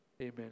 Amen